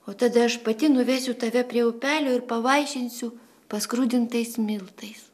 o tada aš pati nuvesiu tave prie upelio ir pavaišinsiu paskrudintais miltais